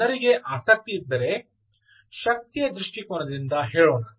ಕೆಲವು ಜನರಿಗೆ ಆಸಕ್ತಿಯಿದ್ದರೆ ಶಕ್ತಿಯ ದೃಷ್ಟಿಕೋನದಿಂದ ಹೇಳೋಣ